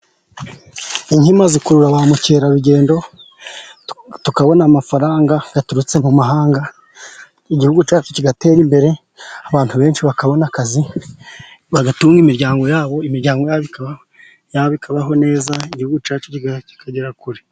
Inkima zikurura ba mukerarugendo tukabona amafaranga aturutse mu mahanga. Igihugu cyacu kigatera imbere abantu benshi bakabona akazi bagatunga imiryango yabo, imiryango yabo ikabaho neza igihugu cyacu kikagera kure.